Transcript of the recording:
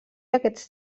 aquests